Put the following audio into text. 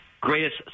greatest